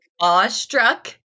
awestruck